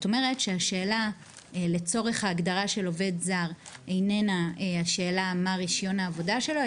השאלה לצורך ההגדרה של עובד זר איננה השאלה מה רישיון העבודה שלו,